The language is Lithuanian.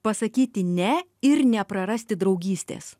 pasakyti ne ir neprarasti draugystės